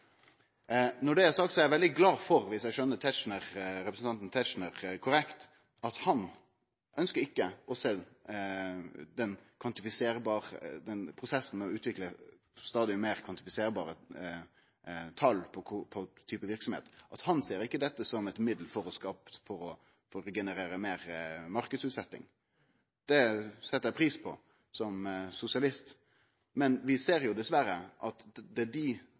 Når det er sagt, er eg veldig glad for – viss eg skjønnar representanten Tetzschner korrekt – at han ikkje ser den prosessen med å utvikle stadig meir kvantifiserbare tal på verksemder som eit middel for å generere meir marknadsutsetjing. Det set eg pris på, som sosialist. Men vi ser dessverre at det er